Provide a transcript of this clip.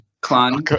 clan